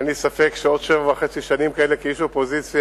אין לי ספק שעוד שבע וחצי שנים כאלה כאיש אופוזיציה,